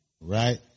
right